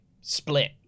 split